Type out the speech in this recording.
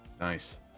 nice